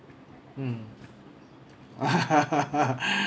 mm